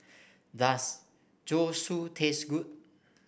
does Zosui taste good